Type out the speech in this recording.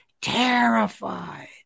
terrified